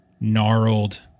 gnarled